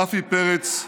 רפי פרץ,